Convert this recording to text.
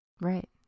right